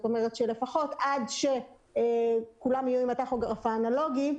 זאת אומרת לפחות עד שכולם יהיו עם הטכוגרף האנלוגי,